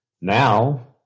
Now